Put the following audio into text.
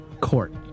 court